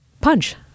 punch